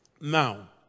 now